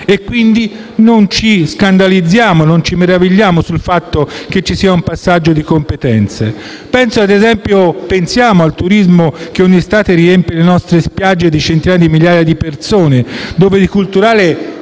e quindi non ci scandalizziamo né ci meravigliamo del fatto che ci sia un passaggio di competenze. Pensiamo, ad esempio, al turismo che ogni estate riempie le nostre spiagge di centinaia di migliaia di persone, dove di culturale - consentitemi